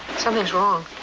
something's wrong.